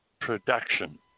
production